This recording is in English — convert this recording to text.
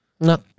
No